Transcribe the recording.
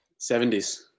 70s